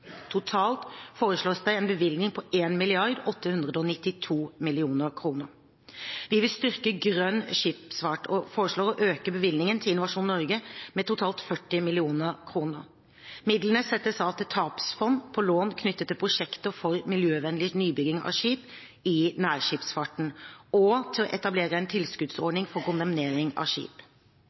Totalt foreslås det en bevilgning på 1 892 000 000 kr. Vi vil styrke grønn skipsfart og foreslår å øke bevilgningen til Innovasjon Norge med totalt 40 mill. kr. Midlene settes av til tapsfond på lån knyttet til prosjekter for miljøvennlig nybygging av skip i nærskipsfarten og til å etablere en tilskuddsordning for kondemnering av skip.